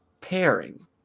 pairing